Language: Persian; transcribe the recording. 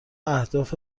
اهداف